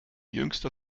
jüngster